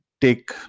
take